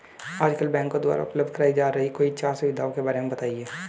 आजकल बैंकों द्वारा उपलब्ध कराई जा रही कोई चार सुविधाओं के बारे में बताइए?